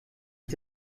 ich